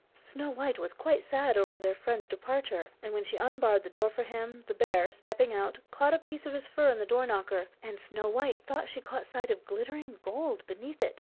snow-white was quite sad over their friend's departure, and when she unbarred the door for him, the bear, stepping out, caught a piece of his fur in the door-knocker, and snow-white thought she caught sight of glittering gold beneath it,